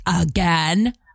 again